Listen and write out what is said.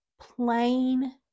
plain